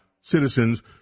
citizens